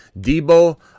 Debo